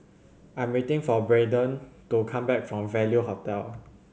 I'm waiting for Brayden to come back from Value Hotel